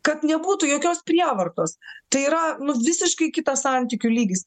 kad nebūtų jokios prievartos tai yra nu visiškai kitas santykių lygis